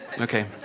Okay